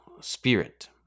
spirit